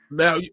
now